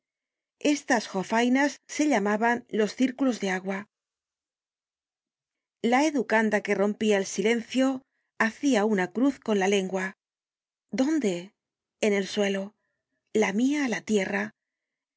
estas jofainas se llamaban los círculos de agua la educanda que rompía el silencio hacia una cruz con la lengua dónde en el suelo lamia la tierra el